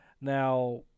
now